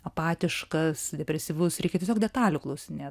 apatiškas depresyvus reikia tiesiog detalių klausinėt